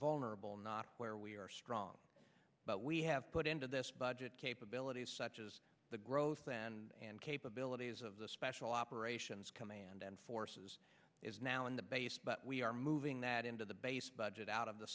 vulnerable not where we are strong but we have put into this budget capabilities such as the growth and capabilities of the special operations command and forces is now in the base but we are moving that into the base budget out of the